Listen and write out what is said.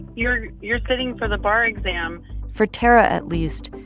you're you're sitting for the bar exam for tarra, at least,